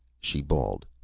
she bawled,